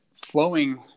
flowing